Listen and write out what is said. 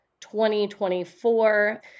2024